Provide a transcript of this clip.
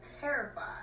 terrified